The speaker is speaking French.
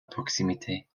proximité